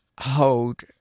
hold